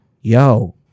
yo